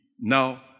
Now